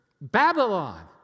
Babylon